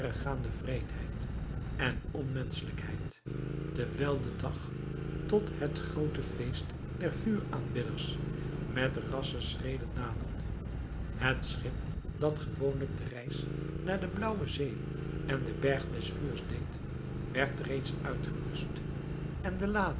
wreedheid en onmenschelijkheid terwijl de dag tot het groote feest der vuuraanbidders met rassche schreden naderde het schip dat gewoonlijk de reis naar de blaauwe zee en den berg des vuurs deed werd reeds uitgerust en de